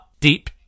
deep